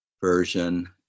version